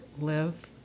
live